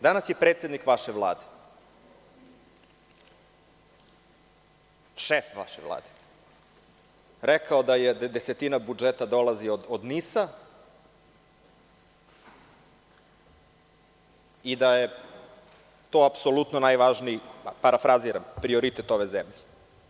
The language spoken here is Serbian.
Danas je predsednik vaše Vlade, šef vaše Vlade rekao da desetina budžeta dolazi od NIS-a i da je to apsolutno najvažniji, parafraziram, prioritet ove zemlje.